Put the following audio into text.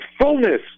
fullness